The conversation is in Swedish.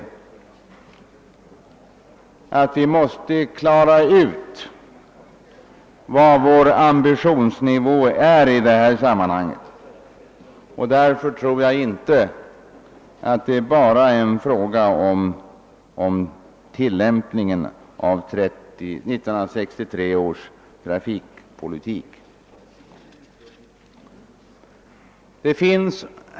Vi måste klara ut vilken vår ambitionsnivå i detta sammanhang är. Därför tror jag inte att detia bara är en fråga om tillämpningen av 1963 års trafikpolitiska beslut.